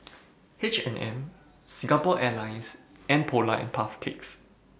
H and M Singapore Airlines and Polar and Puff Cakes